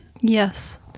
Yes